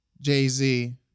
Jay-Z